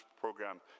program